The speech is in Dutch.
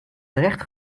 terecht